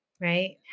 right